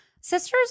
sisters